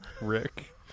Rick